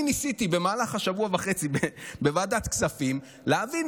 אני ניסיתי במהלך השבוע וחצי בוועדת הכספים להבין